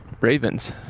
Ravens